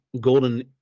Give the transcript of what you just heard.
golden